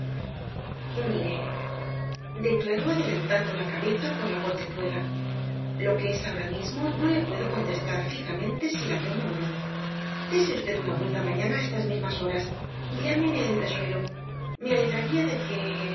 pobrecilla mire declaró adelantando la cabeza por la portezuela lo que es ahora mismo no le puedo contestar fijamente si la tomo ó no dése v una vuelta mañana á estas mismas horas y llame en el entresuelo me alegraría de que